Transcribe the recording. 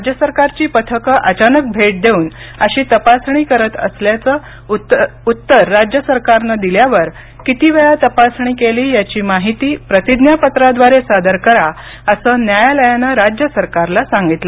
राज्य सरकारचा पथकं अचानक भेट देऊन अशी तपासणी करत असल्याचं उत्तर राज्य सरकारनं दिल्यावर किती वेळा तपासणी केली याची माहिती प्रतिज्ञापत्राद्वारे सादर करा असं न्यायालयानं राज्य सरकारला सांगितलं